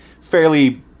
fairly